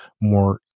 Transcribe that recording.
more